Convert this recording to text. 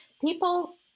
People